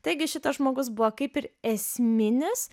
taigi šitas žmogus buvo kaip ir esminis